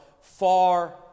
far